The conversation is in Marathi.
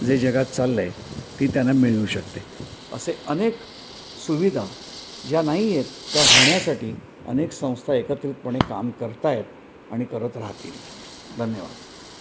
जे जगात चाललंय ती त्यांना मिळू शकते असे अनेक सुविधा ज्या नाही आहेत त्या होण्यासाठी अनेक संस्था एकत्रितपणे काम करत आहेत आणि करत राहतील धन्यवाद